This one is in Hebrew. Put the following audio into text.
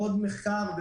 עוד מחקר,